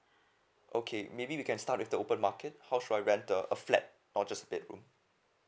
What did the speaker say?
okay maybe we can start with the open market how should I rent a a flat or just bedroom